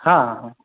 हँ हँ